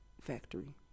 factory